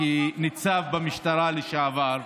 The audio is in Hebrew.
כניצב לשעבר במשטרה,